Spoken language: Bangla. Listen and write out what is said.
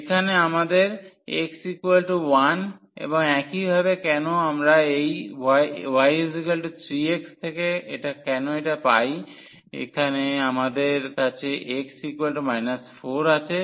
সুতরাং এখানে আমাদের x1 এবং একইভাবে কেন আমরা এই y3x থেকে কেন এটা পাই এখানে আমাদের কাছে x 4 আছে